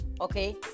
okay